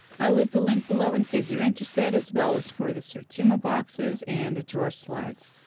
i'll leave the link below in case you are interested as well as for the sortimo boxes and the drawer slides.